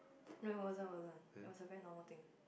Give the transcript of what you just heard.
no it wasn't wasn't it was a very normal thing